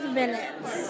minutes